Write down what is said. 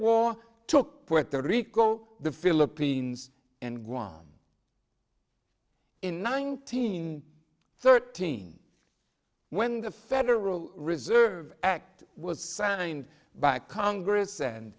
war took put the rico the philippines and ground in nineteen thirteen when the federal reserve act was signed by congress and